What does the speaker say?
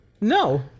No